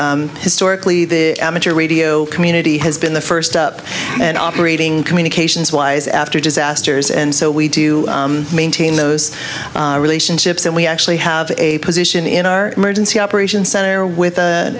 actually historically the amateur radio community has been the first up and operating communications wise after disasters and so we do maintain those relationships and we actually have a position in our emergency operations center with the